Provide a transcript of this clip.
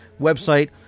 website